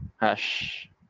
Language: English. hash